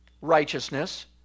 righteousness